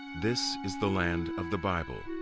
this is the land of the bible.